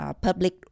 public